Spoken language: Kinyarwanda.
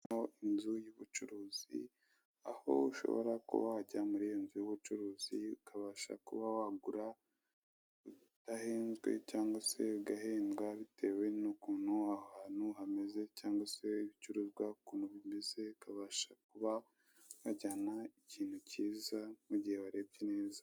Inzu y'ubucuruzi aho ushobora kuba wajya muri iyi nzu y'ubucuruzi ukabasha kuba wagura utahenzwe cyangwa se ugahendwa bitewe n'ukuntu aho hantu hameze cyangwa se ibicuruzwa bimeze, ukabasha kuba wajyana ikintu kiza mu gihe warebye neza.